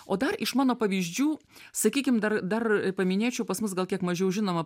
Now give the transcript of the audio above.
o dar iš mano pavyzdžių sakykim dar dar paminėčiau pas mus gal kiek mažiau žinomą